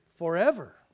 forever